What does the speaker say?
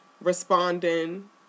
responding